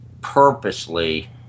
purposely